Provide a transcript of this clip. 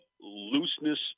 looseness